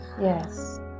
Yes